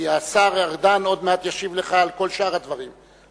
כי השר ארדן ישיב לך על כל שאר הדברים עוד מעט.